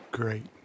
Great